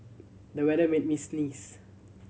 the weather made me sneeze